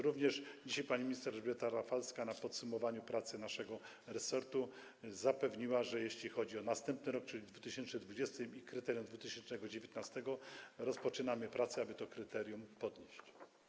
Również dzisiaj pani minister Elżbieta Rafalska na podsumowaniu pracy naszego resortu zapewniła, że jeśli chodzi o następny rok, czyli 2020 i kryterium na 2019 r., to rozpoczynamy pracę, aby to kryterium podnieść.